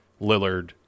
Lillard